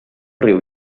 riu